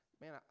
man